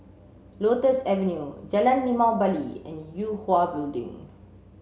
Lotus Avenue Jalan Limau Bali and Yue Hwa Building